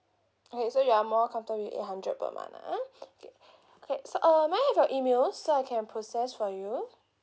okay so you are more comfortable with eight hundred per month ah okay okay so um may I have your email so I can process for you